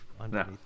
underneath